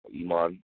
Iman